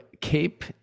cape